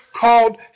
called